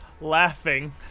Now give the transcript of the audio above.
laughing